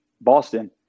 Boston